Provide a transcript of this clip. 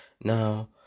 Now